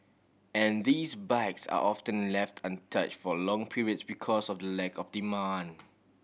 and these bikes are often left untouch for long periods because of the lack of demand